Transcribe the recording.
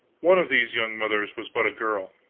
one of these young mothers was but a girl,